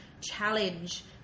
challenge